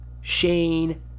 Shane